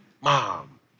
mom